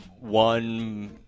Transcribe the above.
one